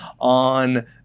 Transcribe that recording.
on